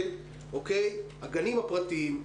הגנים הפרטיים.